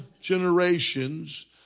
generations